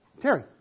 Terry